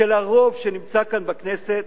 של הרוב שנמצא כאן בכנסת.